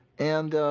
and ah,